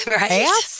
Right